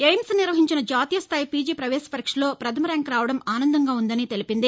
AIIMS నిర్వహించిన జాతీయస్థాయి PG ప్రవేశ పరీక్షలో పథమర్యాంకు రావడం ఆసందంగా ఉ ందని తెలిపింది